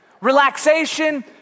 relaxation